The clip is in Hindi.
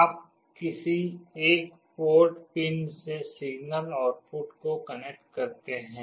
आप किसी एक पोर्ट पिन से सिग्नल आउटपुट को कनेक्ट को करते हैं